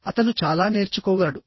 అతను చాలా నేర్చుకోగలడు